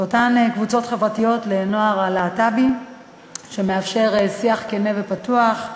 קבוצות חברתיות לנוער הלהט"בי שמאפשרות שיח כן ופתוח.